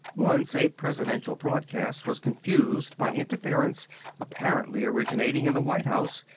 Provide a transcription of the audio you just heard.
once a presidential broadcast was confused by interference apparently originating in the white house,